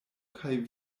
kaj